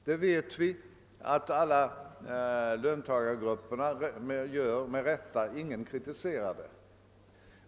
Vi vet att alla löntagargrupper försvarar sina intressen. Ingen kritiserar dem för att de gör det.